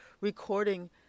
recording